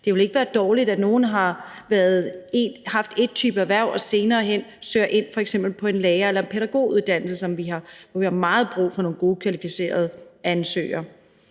Det ville ikke være dårligt, at nogle har haft en type erhverv og senere hen søger ind f.eks. på en lærer- eller pædagoguddannelse, som vi har meget brug for nogle gode og kvalificerede ansøgere